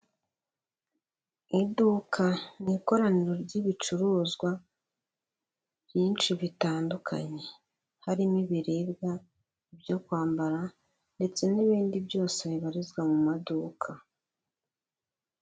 Iduka ni ikoraniro ry'ibicuruzwa byinshi bitandukanye. Harimo ibiribwa, ibyo kwambara ndetse n'ibindi byose bibarizwa mu maduka.